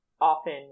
often